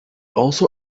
also